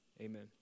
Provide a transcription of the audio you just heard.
Amen